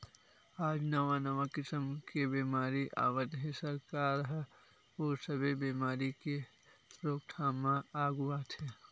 आज नवा नवा किसम के बेमारी आवत हे, सरकार ह ओ सब्बे बेमारी के रोकथाम म आघू आथे